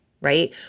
right